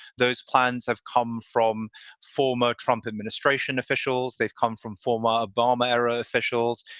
those plans have come from former trump administration officials. they've come from former obama era officials.